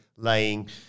Laying